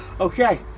Okay